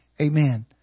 Amen